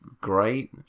great